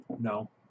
No